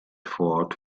vorort